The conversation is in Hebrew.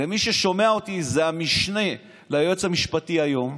למי ששומע אותי, היא המשנה ליועץ המשפטי היום,